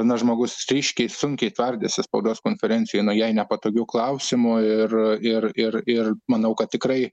na žmogus ryškiai sunkiai tvardėsi spaudos konferencijoj nuo jai nepatogių klausimų ir ir ir ir manau kad tikrai